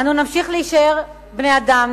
אנו נמשיך להישאר בני-אדם,